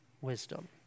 wisdom